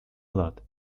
blood